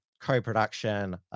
co-production